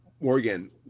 Morgan